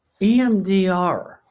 EMDR